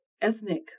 ethnic